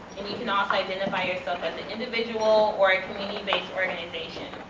and you can also identify yourself as an individual or community-based organization.